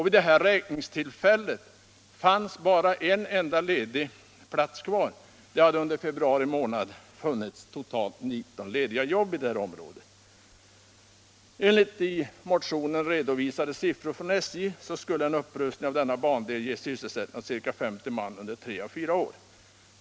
Vid detta räkningstillfälle fanns bara en enda ledig plats kvar. Det hade under februari månad funnits totalt 19 lediga jobb i detta område. Enligt i motionen redovisade siffror från SJ skulle en upprustning av denna bandel ge sysselsättning åt ca 50 man under tre-fyra år.